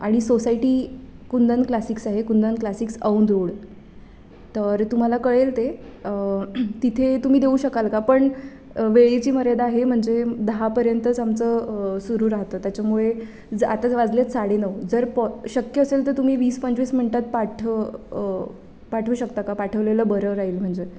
आणि society Kundan classics आहे Kundan classics Aundh road तर तुम्हाला कळेल ते तिथे तुम्ही देऊ शकाल का पण वेळेची मर्यादा आहे म्हणजे दहापर्यंतच आमचं सुरू राहतं त्याच्यामुळे ज आताच वाजले आहेत साडे नऊ जर पॉ शक्य असेल तर तुम्ही वीस पंचवीस मिनटात पाठ पाठवू शकता का पाठवलेलं बरं राहील म्हणजे